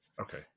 Okay